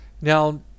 Now